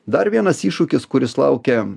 dar vienas iššūkis kuris laukia